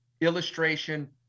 illustration